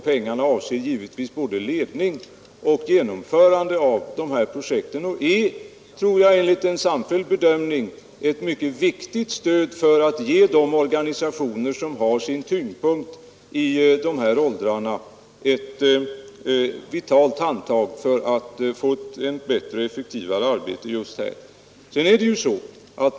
Pengarna avser givetvis både ledning och genomförande av projekten. Enligt en samfälld bedömning är det viktigt att ge 23 ett stöd till de organisationer, som har sin tyngdpunkt just i dessa åldrar. Det behövs ett vitalt handtag för att få fram ett bättre och effektivare arbete just här.